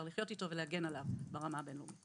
לחיות איתו ולהגן עליו ברמה הבין-לאומית.